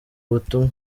ubutumwa